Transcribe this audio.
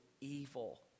evil